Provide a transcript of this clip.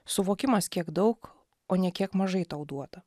suvokimas kiek daug o ne kiek mažai tau duota